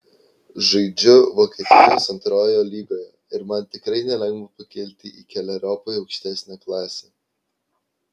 žaidžiu vokietijos antrojoje lygoje ir man tikrai nelengva pakilti į keleriopai aukštesnę klasę